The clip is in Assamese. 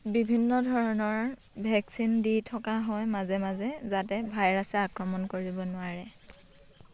বিভিন্ন ধৰণৰ ভেকচিন দি থকা হয় মাজে মাজে যাতে ভাইৰাছে আক্ৰমণ কৰিব নোৱাৰে